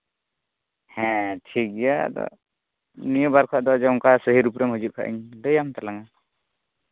ᱦᱮᱸ ᱴᱷᱤᱠᱜᱮᱭᱟ ᱟᱫᱚ ᱱᱤᱭᱟᱹᱵᱟᱨ ᱠᱷᱚᱱ ᱫᱚ ᱱᱚᱝᱠᱟ ᱥᱟᱹᱦᱤ ᱨᱩᱯ ᱨᱮᱢ ᱦᱤᱡᱩᱜ ᱠᱷᱟᱱᱤᱧ ᱞᱟᱹᱭᱟᱢ ᱛᱟᱞᱟᱝᱟ